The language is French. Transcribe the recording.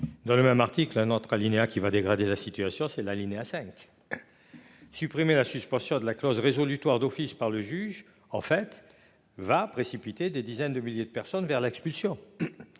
Dans le même article entre alinéa qui va dégrader la situation c'est l'alinéa 5. Supprimer la suspension de la clause résolutoire d'office par le juge en fait. Va précipiter des dizaines de milliers de personnes vers l'expulsion.